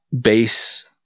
base